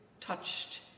touched